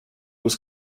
was